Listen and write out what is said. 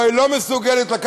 אבל היא לא מסוגלת לקחת קרקע,